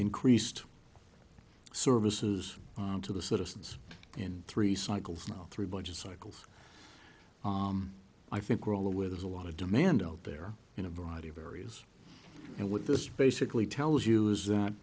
increased services to the citizens in three cycles now through budget cycles i think we're all aware there's a lot of demand out there in a variety of areas and what this basically tells you is that